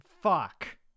Fuck